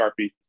Sharpie